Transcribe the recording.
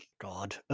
God